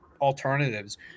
alternatives